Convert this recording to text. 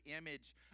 image